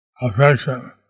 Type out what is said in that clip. affection